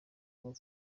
bwo